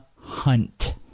Hunt